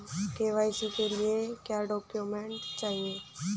KYC के लिए क्या क्या डॉक्यूमेंट चाहिए?